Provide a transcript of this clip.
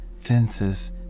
fences